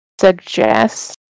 suggest